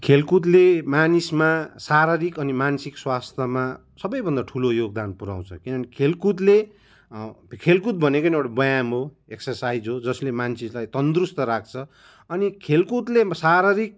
खेलकुदले मानिसमा शारीरिक अनि मानसिक स्वास्थ्यमा सबैभन्दा ठुलो योगदान पुर्याउँछ किनभने खेलकुदले खेलकुद भनेको नै एउटा व्यायाम हो एक्ससाइज हो जसले मान्छेलाई तन्दुरुस्त राख्छ अनि खेलकुदले शारीरिक